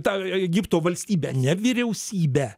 tą egipto valstybę ne vyriausybę